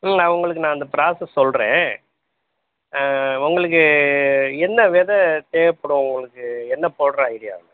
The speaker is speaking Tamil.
ம் அவர்களுக்கு நான் அந்த ப்ராசஸ் சொல்கிறேன் உங்களுக்கு என்ன விதை தேவைப்படும் உங்களுக்கு என்ன போடுற ஐடியா